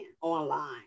online